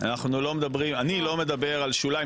אני לא מדבר על שוליים.